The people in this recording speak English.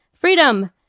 Freedom